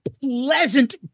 pleasant